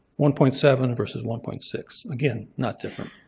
one point seven versus one point six. again, not different,